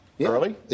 early